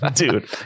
dude